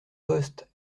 poste